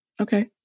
Okay